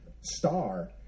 star